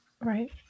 right